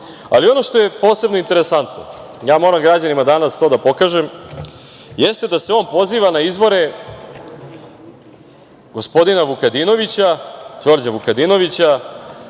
što je posebno interesantno, ja moram građanima danas to da pokažem, jeste da se on poziva na izvore gospodina Đorđa Vukadinovića,